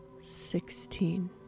sixteen